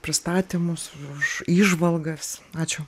pristatymus už įžvalgas ačiū